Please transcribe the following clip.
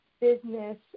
business